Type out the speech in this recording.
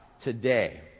today